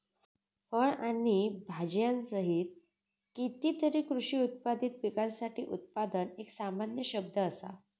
फळ आणि भाजीयांसहित कितीतरी कृषी उत्पादित पिकांसाठी उत्पादन एक सामान्य शब्द असा